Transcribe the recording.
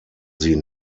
sie